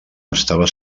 estava